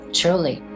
truly